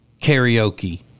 karaoke